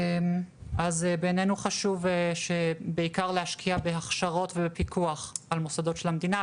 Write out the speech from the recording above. אז בינינו חשוב בעיקר להשקיע בהכשרות ובפיקוח על המוסדות של המדינה,